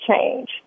change